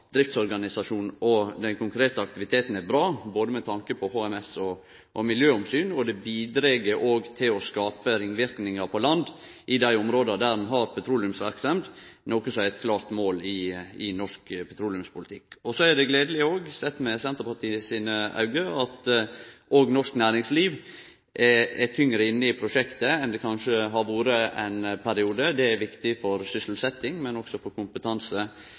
driftsorganisasjonen og den konkrete aktiviteten er bra, både med tanke på HMS og av miljøomsyn. Det bidreg òg til å skape ringverknader på land i dei områda der ein har petroleumsverksemd, noko som er eit klart mål i norsk petroleumspolitikk. Det er òg gledeleg, sett med Senterpartiet sine auge, at norsk næringsliv er tyngre inne i prosjektet enn det kanskje har vore ein periode. Det er viktig for sysselsetjing, men òg for